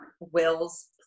Will's